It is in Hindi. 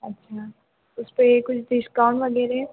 अच्छा उस पे कुछ डिस्काउंट वगैरह